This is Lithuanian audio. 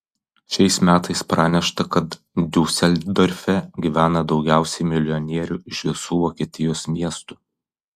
šiais metais pranešta kad diuseldorfe gyvena daugiausiai milijonierių iš visų vokietijos miestų